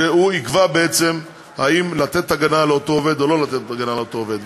שהוא יקבע בעצם אם לתת הגנה לאותו עובד או לא לתת הגנה לאותו עובד.